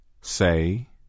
Say